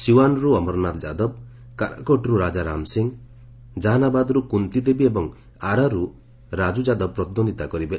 ସିଓ୍ୱାନ୍ରୁ ଅମରନାଥ ଯାଦବ କାରାକଟ୍ରୁ ରାଜା ରାମ ସିଂ କାହାନାବାଦ୍ରୁ କୁନ୍ତୀ ଦେବୀ ଏବଂ ଆରାରୁ ରାଜୁ ଯାଦବ ପ୍ରତିଦ୍ୱନ୍ଦିତା କରିବେ